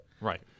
Right